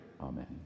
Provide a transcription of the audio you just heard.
Amen